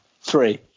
three